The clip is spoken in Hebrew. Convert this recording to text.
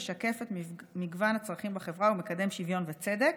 משקף את מגוון הצרכים בחברה ומקדם שוויון וצדק.